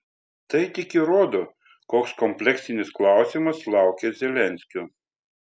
tai tik įrodo koks kompleksinis klausimas laukia zelenskio